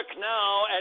now